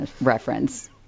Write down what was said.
reference